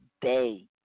day